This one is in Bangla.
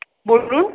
বলুন